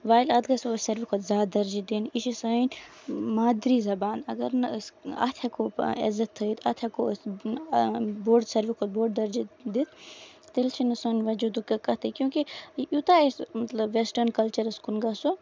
تہٕ وۄنۍ اَتھ گژھِ ساروی کھۄتہٕ زیادٕ درجہِ دینۍ یہِ چھِ سٲنۍ مادری زَبان اَگر نہٕ أسۍ اَتھ ہٮ۪کو عزت تھٲیِتھ اَتھ ہٮ۪کو أسۍ بوٚڑ ساروی کھۄتہٕ بوٚڑ درجہِ دِتھ تیٚلہِ چھُ نہٕ سون وجوٗدُک کانٛہہ کَتھٕے کیوں کہِ یوٗتاہ اَسہِ مطلب ویسٹٲرٕن کَلچرَس کُن گژھو